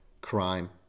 crime